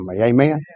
Amen